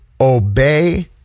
obey